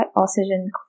oxygen